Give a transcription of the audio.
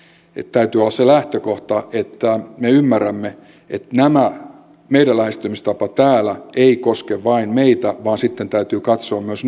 täytyy olla se lähtökohta että me ymmärrämme että meidän lähestymistapamme täällä ei koske vain meitä vaan sitten täytyy katsoa myös